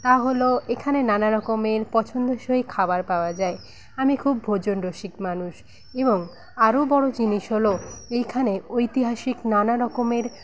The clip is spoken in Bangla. তা হলো এখানে নানারকমের পছন্দসই খাবার পাওয়া যায় আমি খুব ভোজনরসিক মানুষ এবং আরও বড়ো জিনিস হলো এইখানে ঐতিহাসিক নানারকমের